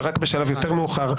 ורק בשלב יותר מאוחר,